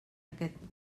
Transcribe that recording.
aquest